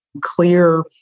clear